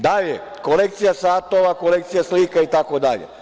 Dalje, kolekcija satova, kolekcija slika itd.